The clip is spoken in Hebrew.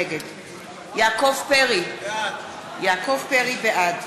נגד יעקב פרי, בעד